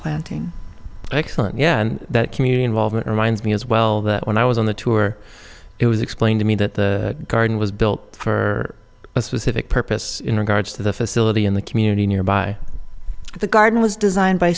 planting excellent yeah and that community involvement reminds me as well that when i was on the tour it was explained to me that the garden was built for a specific purpose in regards to the facility in the community nearby the garden was designed by